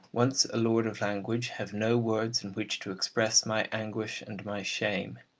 once a lord of language, have no words in which to express my anguish and my shame.